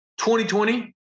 2020